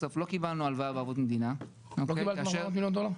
בסוף לא קיבלנו הלוואה בערבות מדינה --- לא קיבלתם 400 מיליון דולר?